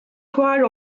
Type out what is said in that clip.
fuar